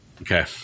okay